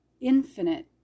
infinite